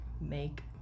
make